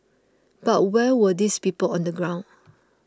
but where were these people on the ground